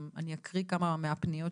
אני אקריא גם כמה מהפניות